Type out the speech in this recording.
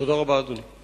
תודה רבה, אדוני.